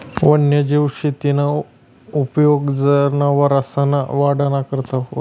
वन्यजीव शेतीना उपेग जनावरसना वाढना करता व्हस